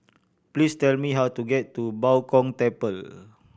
please tell me how to get to Bao Gong Temple